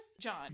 John